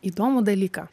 įdomų dalyką